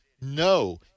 No